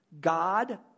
God